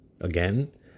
Again